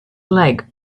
leg